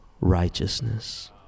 righteousness